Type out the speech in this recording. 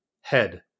Head